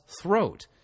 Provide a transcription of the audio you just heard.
throat